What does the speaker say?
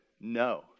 no